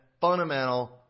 fundamental